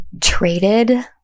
traded